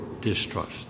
distrust